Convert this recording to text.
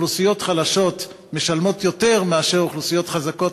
אוכלוסיות חלשות משלמות יותר מאשר אוכלוסיות חזקות,